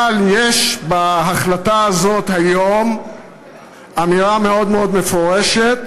אבל יש בהחלטה הזאת היום אמירה מאוד מאוד מפורשת: